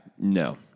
No